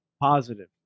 Positive